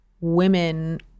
women